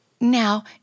Now